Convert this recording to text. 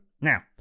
now